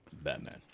Batman